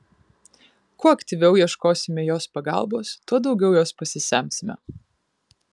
kuo aktyviau ieškosime jos pagalbos tuo daugiau jos pasisemsime